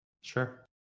Sure